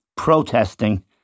protesting